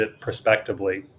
prospectively